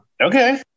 Okay